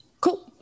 Cool